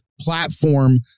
platform